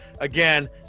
again